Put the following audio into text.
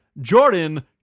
Jordan